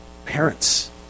Parents